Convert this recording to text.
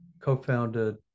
co-founded